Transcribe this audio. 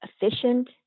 efficient